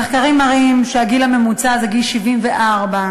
המחקרים מראים שהגיל הממוצע הוא גיל 74,